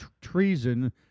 treason